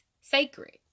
sacred